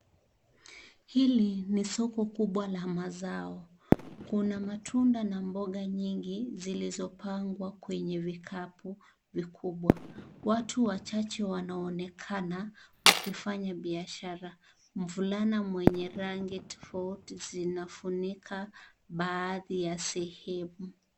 Hili ni soko kubwa la mazao kuna mtunda na mboga nyingi zilizopangwa kwenye vikapu vikubwa, watu wachache wanaonekana wakifanya biashara, mvulana mwenye rangi tofauti zinafunika baadhi ya sehemu.